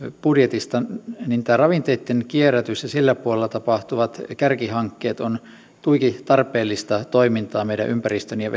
budjetista niin ravinteitten kierrätys ja sillä puolella tapahtuvat kärkihankkeet ovat tuiki tarpeellista toimintaa meidän ympäristömme ja